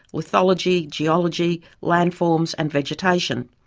lithology, geology, landforms and vegetation.